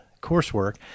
coursework